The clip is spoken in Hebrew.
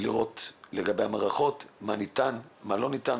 לראות לגבי המערכות מה ניתן ומה לא ניתן,